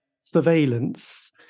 Surveillance